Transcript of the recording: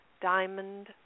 diamond